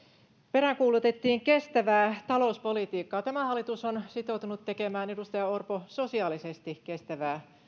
peräänkuulutettiin kestävää talouspolitiikkaa tämä hallitus on sitoutunut tekemään edustaja orpo sosiaalisesti kestävää